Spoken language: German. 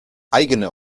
eigene